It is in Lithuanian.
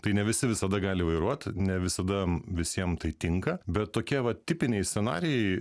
tai ne visi visada gali vairuot ne visada visiem tai tinka bet tokie va tipiniai scenarijai